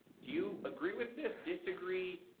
do you agree with this, disagree?